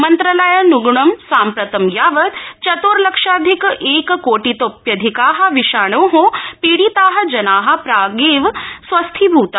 मन्त्रालयानगुणं साम्प्रतं यावत् चत्र्लक्षाधिक एक कोटितो प्यधिका विषाणो पीडिता जना प्रागेव स्वस्थीभूता